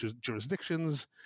jurisdictions